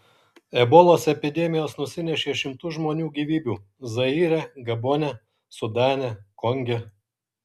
ebolos epidemijos nusinešė šimtus žmonių gyvybių zaire gabone sudane konge